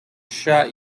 shot